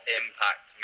impact